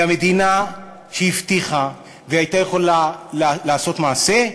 והמדינה שהבטיחה והייתה יכולה לעשות מעשה,